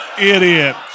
Idiot